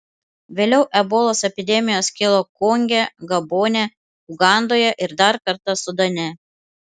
vėliau ebolos epidemijos kilo konge gabone ugandoje ir dar kartą sudane